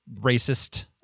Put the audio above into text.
racist